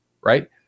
right